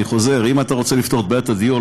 אני חוזר: אם אתה רוצה לפתור את בעיית הדיור,